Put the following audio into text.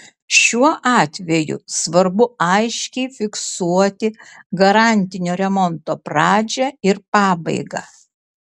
šiuo atveju svarbu aiškiai fiksuoti garantinio remonto pradžią ir pabaigą